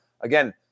again